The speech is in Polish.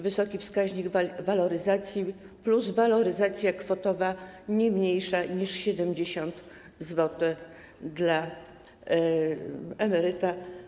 Wysoki wskaźnik waloryzacji plus waloryzacja kwotowa nie mniejsza niż 70 zł dla emeryta.